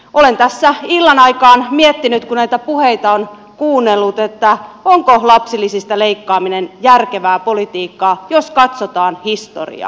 olen tässä illan aikaan miettinyt kun näitä puheita olen kuunnellut onko lapsilisistä leikkaaminen järkevää politiikkaa jos katsotaan historiaa